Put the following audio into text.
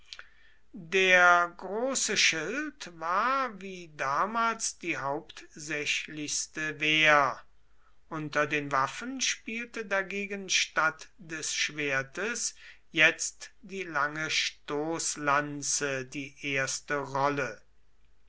der große schild war wie damals die hauptsächlichste wehr unter den waffen spielte dagegen statt des schwertes jetzt die lange stoßlanze die erste rolle